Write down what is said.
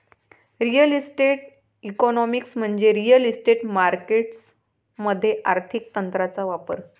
real estate economics म्हणजे real estate markets मध्ये आर्थिक तंत्रांचा वापर